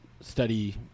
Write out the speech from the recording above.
study